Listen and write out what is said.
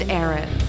Aaron